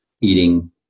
eating